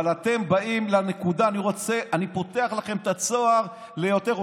אבל אתם באים לנקודה ואני פותח לכם את הצוהר ליותר.